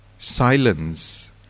Silence